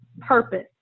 purpose